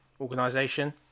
organization